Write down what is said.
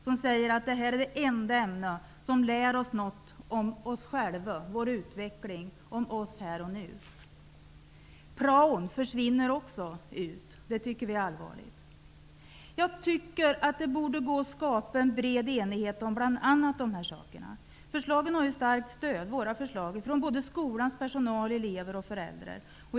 De säger att det är det enda ämne som lär dem något om dem själva och om deras utveckling. Det handlar om dessa elever här och nu. Prao försvinner också. Det tycker vi är allvarligt. Det borde gå att skapa bred enighet om bl.a. dessa saker. Våra förslag har starkt stöd såväl från skolans personal som från eleverna och föräldrarna.